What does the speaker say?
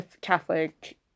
catholic